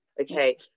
Okay